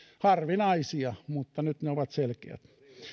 harvinaisia mutta nyt ne ovat selkeät